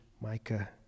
Micah